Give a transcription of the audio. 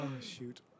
shoot